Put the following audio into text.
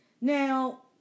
Now